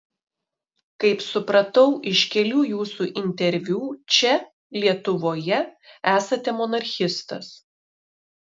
kaip supratau iš kelių jūsų interviu čia lietuvoje esate monarchistas